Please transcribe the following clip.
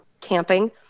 camping